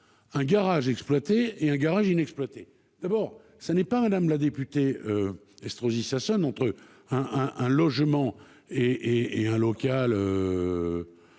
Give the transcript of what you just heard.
Un garage exploités et un garage inexploité. D'abord, ça n'est pas Madame la députée. Estrosi Sassone entre un, un logement et et un local.